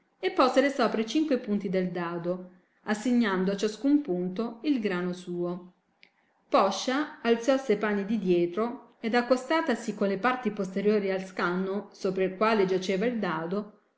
minuto miglio e posele sopra i cinque punti del dado assignando a ciascun punto il grano suo poscia alziossi e panni di dietro ed accostatasi con le parti posteriori al scanno sopra il quale giaceva il dado